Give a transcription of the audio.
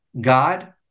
God